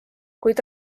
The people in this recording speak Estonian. kuid